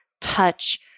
touch